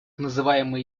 называемый